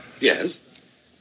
Yes